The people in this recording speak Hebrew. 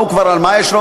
מה כבר יש לו,